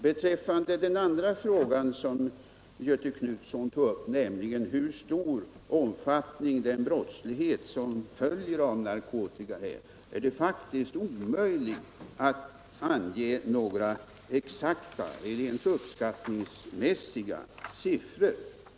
Beträffande den andra fråga som Göthe Knutson tog upp, hur stor omfattning den brottslighet som följer av narkotikan har, är det faktiskt omöjligt att ange några exakta eller ens uppskattningsmässiga siffror.